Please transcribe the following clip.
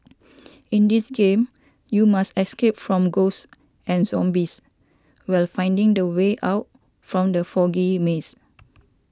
in this game you must escape from ghosts and zombies while finding the way out from the foggy maze